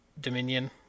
Dominion